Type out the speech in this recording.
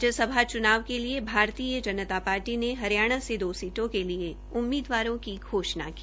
राज्यसभा चूनाव के लिए भारतीय जनता पार्टी ने हरियाणा से दो सीटो के लिए उम्मीदवारों की घोषणा की